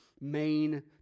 main